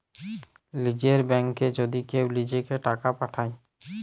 লীযের ব্যাংকে যদি কেউ লিজেঁকে টাকা পাঠায়